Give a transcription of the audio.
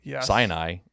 Sinai